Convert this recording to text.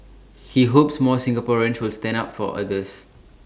he hopes more Singaporeans will stand up for others